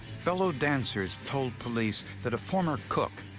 fellow dancers told police that a former cook,